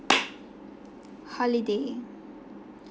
holiday